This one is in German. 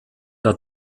der